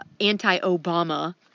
anti-Obama